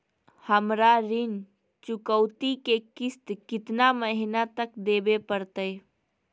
हमरा ऋण चुकौती के किस्त कितना महीना तक देवे पड़तई?